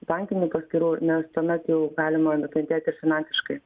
bankinių paskyrų nes tuomet jau galima nukentėt ir finansiškai